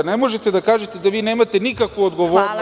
Ne možete da kažete da vi nemate nikakvu odgovornost…